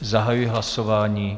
Zahajuji hlasování.